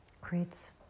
Creates